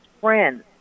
friends